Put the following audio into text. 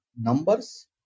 numbers